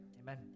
Amen